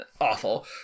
awful